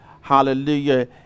hallelujah